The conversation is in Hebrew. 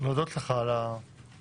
להודות לך על הישיבה.